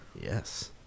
Yes